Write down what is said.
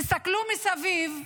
תסתכלו מסביב,